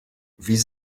wie